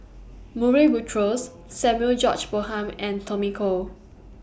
Murray Buttrose Samuel George Bonham and Tommy Koh